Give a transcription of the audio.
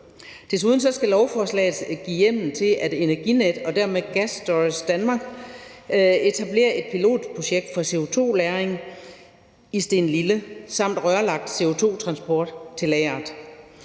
Desuden skal lovforslaget give hjemmel til, at Energinet og dermed Gas Storage Denmark etablerer et pilotprojekt for CO2-lagring i Stenlille samt rørlagt CO2-transport til lageret.